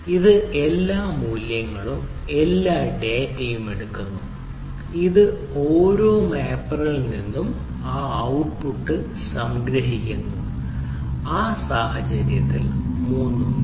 ഇത് എല്ലാ മൂല്യങ്ങളും എല്ലാ ഡാറ്റയും എടുക്കുന്നു ഇത് ഓരോ മാപ്പറിൽ നിന്നും ആ ഔട്ട്പുട്ട് സംഗ്രഹിക്കുന്നു ഈ സാഹചര്യത്തിൽ 3 ഉണ്ട്